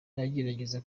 bagerageza